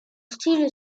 style